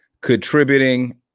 contributing